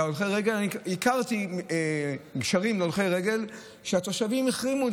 הכרתי גשרים להולכי רגל שהתושבים החרימו,